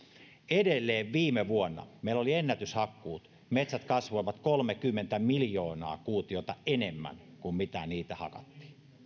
edelleen viime vuonna meillä oli ennätyshakkuut ja metsät kasvoivat kolmekymmentä miljoonaa kuutiota enemmän kuin mitä niitä hakattiin